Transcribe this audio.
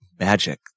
magic